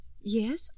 Yes